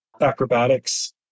acrobatics